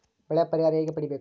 ಬೆಳೆ ಪರಿಹಾರ ಹೇಗೆ ಪಡಿಬೇಕು?